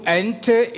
enter